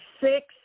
six